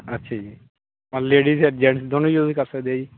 ਅੱਛਾ ਜੀ ਮਤਲਬ ਲੇਡੀਜ਼ ਐਂਡ ਜੈਂਟਸ ਦੋਨੇ ਯੂਜ਼ ਕਰ ਸਕਦੇ ਹੈ ਜੀ